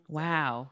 wow